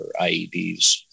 IEDs